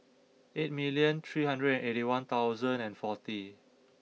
eight million three hundred eighty one thousand and forty